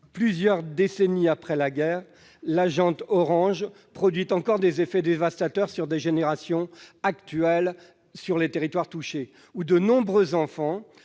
Plusieurs décennies après la guerre, l'agent orange produit encore des effets dévastateurs sur les générations actuelles des territoires touchés, où de nombreux enfants